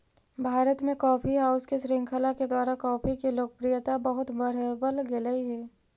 भारत में coffee house के श्रृंखला के द्वारा कॉफी के लोकप्रियता बहुत बढ़बल गेलई हे